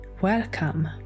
Welcome